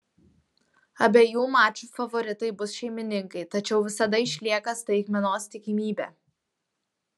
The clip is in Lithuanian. abiejų mačų favoritai bus šeimininkai tačiau visada išlieka staigmenos tikimybė